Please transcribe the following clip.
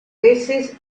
veces